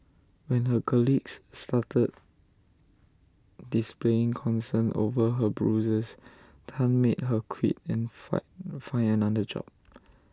when her colleagues started displaying concern over her Bruises Tan made her quit and find find another job